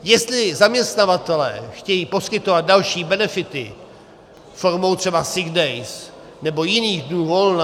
Jestli zaměstnavatelé chtějí poskytovat další benefity formou třeba sick days nebo jiných dnů volna